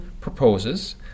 proposes